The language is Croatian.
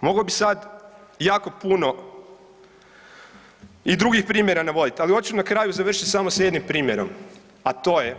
Mogao bi sad jako puno i drugih primjera navoditi, ali hoću na kraju završit samo sa jednim primjerom, a to je